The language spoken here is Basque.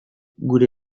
gure